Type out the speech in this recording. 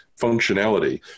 functionality